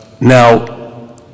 now